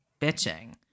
bitching